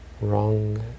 wrong